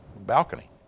balcony